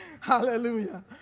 Hallelujah